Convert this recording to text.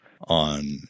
on